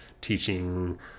teaching